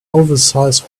oversize